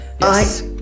Yes